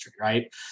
Right